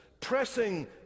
pressing